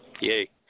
Yay